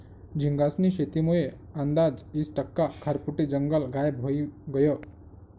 झींगास्नी शेतीमुये आंदाज ईस टक्का खारफुटी जंगल गायब व्हयी गयं